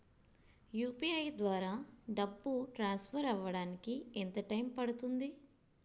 UPI ద్వారా డబ్బు transfer అవ్వడానికి ఎంత టైం పడుతుంది?